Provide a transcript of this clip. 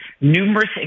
numerous